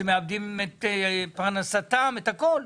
שמאבדים את פרנסתם, שמאבדים את הכל?